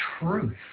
truth